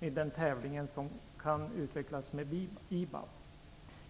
i den tävling som kan utvecklas med IBAB.